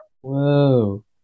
Whoa